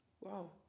Wow